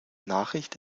nachricht